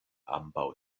ambaŭ